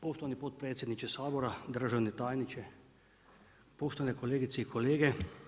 Poštovani potpredsjedniče Sabora, državni tajniče, poštovane kolegice i kolege.